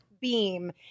beam